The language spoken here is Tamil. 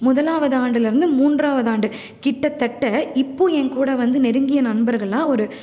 முதலாவது ஆண்டுலேருந்து மூன்றாவது ஆண்டு கிட்டத்தட்ட இப்போது என் கூட வந்து நெருங்கிய நண்பர்களாக ஒரு